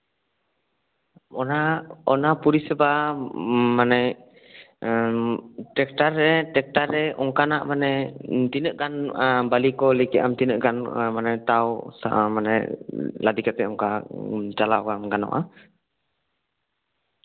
ᱚᱱᱟ ᱚᱱᱟ ᱯᱚᱨᱤᱥᱮᱵᱟ ᱢᱟᱱᱮ ᱴᱨᱟᱠᱴᱟᱨ ᱨᱮ ᱴᱨᱟᱠᱴᱟᱨ ᱨᱮ ᱚᱱᱠᱟᱱᱟᱜ ᱛᱤᱱᱟᱹᱜ ᱜᱟᱱ ᱵᱟᱞᱤ ᱠᱚ ᱞᱟᱹᱭ ᱠᱮᱜ ᱟᱢ ᱛᱤᱱᱟᱹᱜ ᱜᱟᱱ ᱢᱟᱱᱮ ᱛᱟᱣ ᱢᱟᱱᱮ ᱞᱟᱫᱮ ᱠᱟᱛᱮᱜ ᱚᱱᱠᱟ ᱪᱟᱞᱟᱣ ᱵᱟᱝ ᱜᱟᱱᱚᱜᱼᱟ